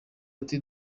ati